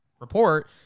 report